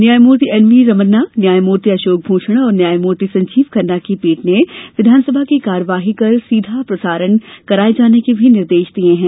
न्यायमूर्ति एनवी रमना न्यायमूर्ति अशोक भूषण और न्यायमूति संजीव खन्ना की पीठ ने विधानसभा की कार्यवाही कर सीधा प्रसारण कराये जाने के भी निर्देश दिये हैं